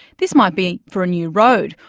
this might be for a new road,